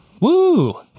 Woo